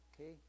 okay